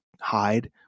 hide